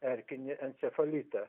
erkinį encefalitą